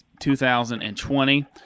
2020